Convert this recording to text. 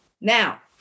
Now